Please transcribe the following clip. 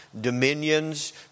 dominions